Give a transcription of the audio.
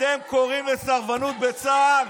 אתם קוראים לסרבנות בצה"ל?